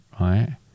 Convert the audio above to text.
right